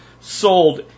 sold